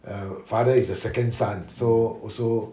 uh father is the second son so also